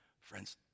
Friends